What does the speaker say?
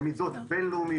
זה מידות בינלאומיות.